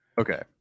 Okay